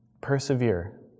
persevere